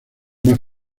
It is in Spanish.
más